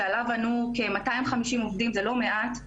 שעליו ענו כ-250 עובדים שזה לא מעט.